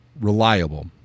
reliable